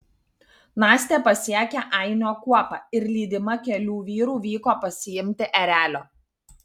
nastė pasiekė ainio kuopą ir lydima kelių vyrų vyko pasiimti erelio